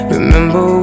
Remember